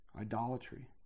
idolatry